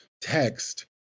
text